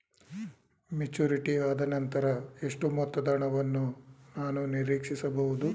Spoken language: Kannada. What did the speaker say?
ಮೆಚುರಿಟಿ ಆದನಂತರ ಎಷ್ಟು ಮೊತ್ತದ ಹಣವನ್ನು ನಾನು ನೀರೀಕ್ಷಿಸ ಬಹುದು?